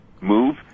move